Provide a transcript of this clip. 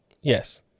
Yes